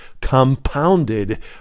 compounded